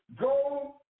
Go